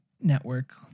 network